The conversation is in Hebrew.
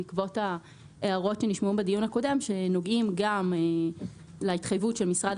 בעקבות ההערות שנשמעו בדיון הקודם שנוגעים גם להתחייבות של משרד